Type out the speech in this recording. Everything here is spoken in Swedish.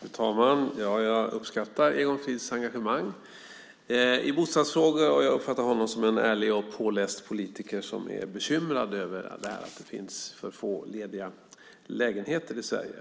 Fru talman! Jag uppskattar Egon Frids engagemang i bostadsfrågor, och jag uppfattar honom som en ärlig och påläst politiker som är bekymrad över att det finns för få lediga lägenheter i Sverige.